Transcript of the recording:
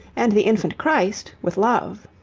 and the infant christ, with love.